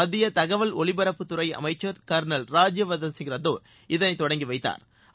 மத்திய தகவல் ஒலிபரப்புத்துறை மற்றம் அமைச்சர் கர்னல் ராஜ்ஜியவர்தன் சிங் ரத்தோர் இதனை தொடங்கி வைத்தாா்